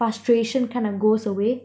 frustration kind of goes away